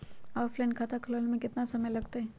Offline खाता खुलबाबे में केतना समय लगतई?